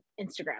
instagram